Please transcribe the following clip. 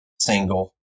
single